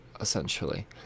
essentially